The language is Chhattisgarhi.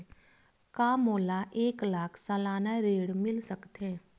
का मोला एक लाख सालाना ऋण मिल सकथे?